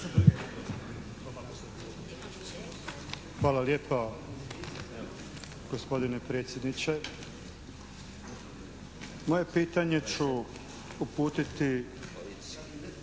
Hvala lijepo gospodine predsjedniče. Moje pitanje ću uputiti